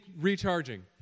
recharging